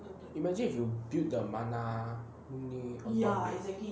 imagine if you build the mana only